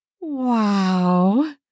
Wow